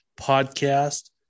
podcast